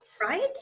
Right